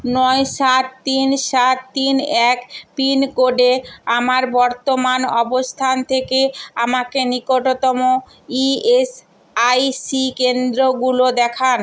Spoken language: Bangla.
নয় সাত তিন সাত তিন এক পিন কোডে আমার বর্তমান অবস্থান থেকে আমাকে নিকটতম ইএসআইসি কেন্দ্রগুলো দেখান